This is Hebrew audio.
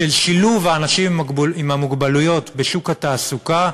ששילוב אנשים עם מוגבלויות בשוק התעסוקה